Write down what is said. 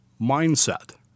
mindset